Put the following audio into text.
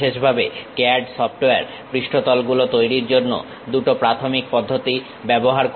বিশেষভাবে CAD software পৃষ্ঠতল গুলো তৈরীর জন্য দুটো প্রাথমিক পদ্ধতি ব্যবহার করে